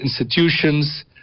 institutions